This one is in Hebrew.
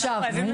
חבר'ה, אל תעירו.